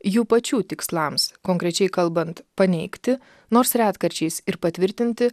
jų pačių tikslams konkrečiai kalbant paneigti nors retkarčiais ir patvirtinti